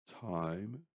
Time